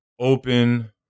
open